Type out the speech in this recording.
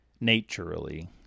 naturally